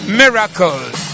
miracles